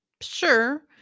Sure